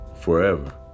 forever